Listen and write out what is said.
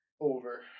Over